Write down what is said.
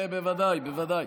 בוודאי, בוודאי.